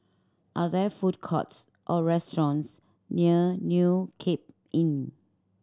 are there food courts or restaurants near New Cape Inn